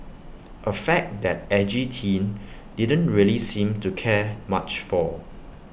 A fact that edgy teen didn't really seem to care much for